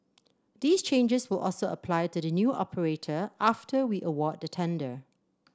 these changes will also apply to the new operator after we award the tender